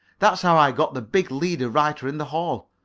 that's how i got the big leader-writer in the hall.